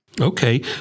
Okay